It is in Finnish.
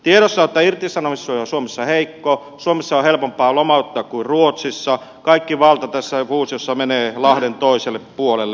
tiedossa on että irtisanomissuoja on suomessa heikko suomessa on helpompaa lomauttaa kuin ruotsissa kaikki valta tässä fuusiossa menee lahden toiselle puolelle